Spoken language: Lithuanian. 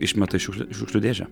išmeta į šiukšlia į šiukšlių dėžę